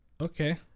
okay